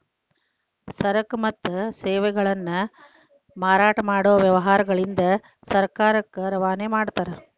ಸರಕು ಮತ್ತು ಸೇವೆಗಳನ್ನ ಮಾರಾಟ ಮಾಡೊ ವ್ಯವಹಾರಗಳಿಂದ ಸರ್ಕಾರಕ್ಕ ರವಾನೆ ಮಾಡ್ತಾರ